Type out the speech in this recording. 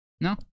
No